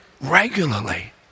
Regularly